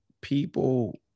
people